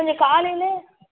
கொஞ்சம் காலையில்